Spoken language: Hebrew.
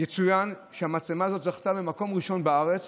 יצוין שהמצלמה הזאת זכתה במקום הראשון בארץ